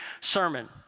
sermon